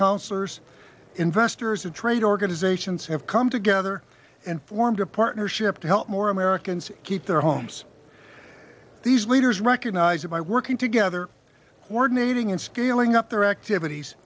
counselors investors to trade organizations have come together and formed a partnership to help more americans keep their homes these leaders recognize that by working together coordinating and scaling up their activities